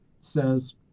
says